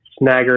snagger